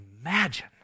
imagine